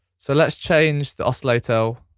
so let's change the oscillator